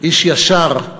איש ישר,